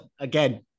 Again